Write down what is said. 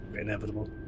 inevitable